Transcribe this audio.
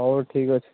ହେଉ ଠିକ୍ ଅଛି